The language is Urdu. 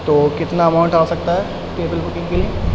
تو کتنا اماؤنٹ آ سکتا ہے ٹیبل بکنگ کے لیے